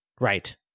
right